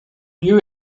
lieu